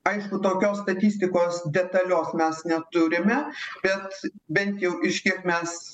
aišku tokios statistikos detalios mes neturime bet bent jau iš kiek mes